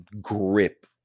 grip